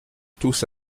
tous